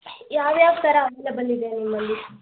ಯಾವ ಯಾವ ಥರ ಅವೈಲಬಲ್ ಇದೆ ನಿಮ್ಮಲ್ಲಿ